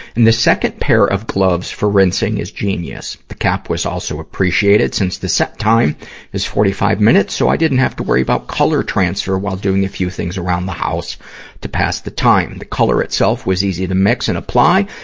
and the second pair of gloves for rinsing is genius. the cap was also appreciated, since the set time is forty five minutes, so i didn't have to worry about color transfer while doing a few things around the house to pass the time. the color itself was easy to mix and apply.